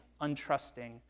untrusting